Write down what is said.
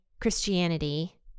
Christianity